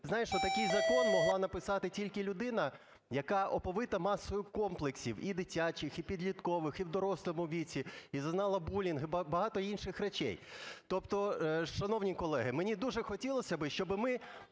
"Знаєш що, такий закон могла написати тільки людина, яка оповита масою комплексів: і дитячих, і підліткових, і в дорослому віці, і зазнала булінгу, і багато інших речей". Тобто, шановні колеги, мені дуже хотілося би, щоб ми